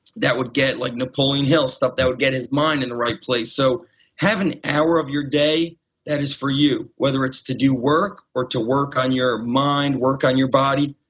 would get like napoleon hill, stuff that would get his mind in the right place. so have an hour of your day that is for you, whether it's to do work or to work on your mind, work on your body,